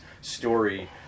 story